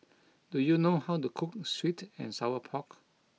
Do you know how to cook Sweet and Sour Pork